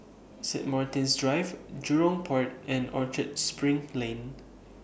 Saint Martin's Drive Jurong Port and Orchard SPRING Lane